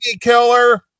killer